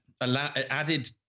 added